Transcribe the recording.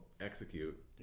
execute